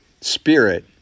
spirit